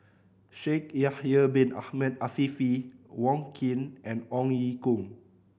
Shaikh Yahya Bin Ahmed Afifi Wong Keen and Ong Ye Kung